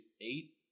Eight